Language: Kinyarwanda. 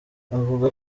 avuga